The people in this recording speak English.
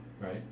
Right